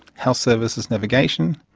health services navigation,